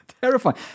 Terrifying